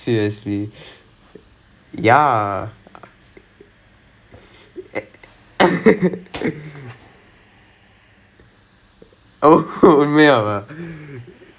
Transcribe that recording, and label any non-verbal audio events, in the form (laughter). is the N_T_U Instagram ah ya அது:athu !aiyoyo! ஏன்:aen dah straight ah அங்கே போயிட்டேன்:anga poyiten apparently that is one of cultural affairs missions you know to (laughs) to do make it to make it alive